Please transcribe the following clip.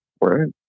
Right